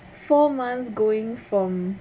four months going from